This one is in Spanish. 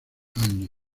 años